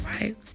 right